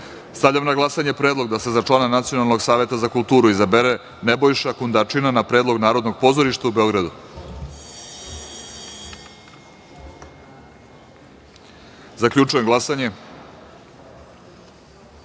kulturu. Stavljam na glasanje predlog da se za člana Nacionalnog saveta za kulturu izabere Nebojša Kundačina, na predlog Narodnog pozorišta u Beogradu. Zaključujem glasanje: